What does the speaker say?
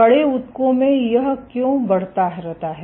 कड़े ऊतकों में यह क्यों बढ़ता रहता है